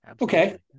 okay